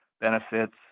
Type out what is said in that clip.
benefits